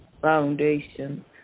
foundation